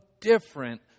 different